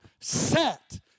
set